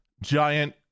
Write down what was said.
giant